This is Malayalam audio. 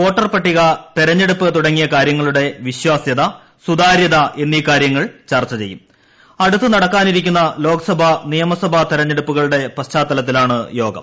വോട്ടർപ്പ ട്ടിക തെരഞ്ഞെടുപ്പ് തുടങ്ങിയുക്ടാര്യങ്ങളുടെ വിശ്വാസ്യത സുതാര്യത എന്നീ കാര്യങ്ങൾ ചർച്ച ചെയ്യുള്ള് അടുത്ത് നടക്കാനിരിക്കുന്ന ലോക്സഭാ നിയമസഭാ ്ത്ത്ത്ത്തെടുപ്പുകളുടെ പശ്ചാത്തലത്തിലാണ് യോഗം